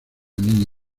niña